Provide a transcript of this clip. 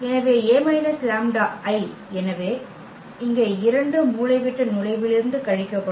எனவே A − λI எனவே இங்கே 2 மூலைவிட்ட நுழைவிலிருந்து கழிக்கப்படும்